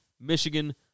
Michigan